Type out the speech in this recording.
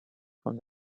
from